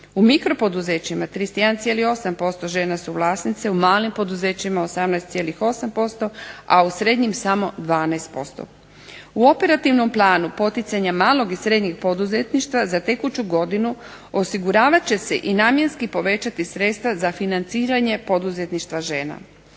U mikro poduzećima 31,8% žena su vlasnice u malim poduzećima 18,8%, a u srednjim samo 12%. U operativnom planu poticanja malog i srednjeg poduzetništva za tekuću godinu osiguravat će se i namjenski povećati sredstva za financiranje poduzetništva žena.